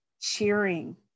cheering